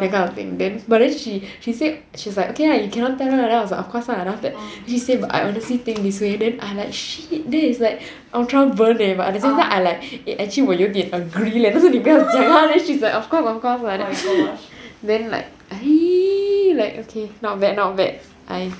that kind of thing then but then she she said she's like okay lah you cannot tell one right then I was like of course lah she said but I honestly think this way then I like shit then it's like ultra burn eh but at the same time I like actually 我有点 agree leh 可是你不要讲她 she was like of course of course but then also then like not bad not bad I